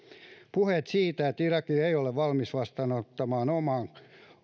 puheet siitä että irak ei ole valmis vastaanottamaan oman